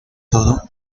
todo